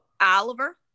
oliver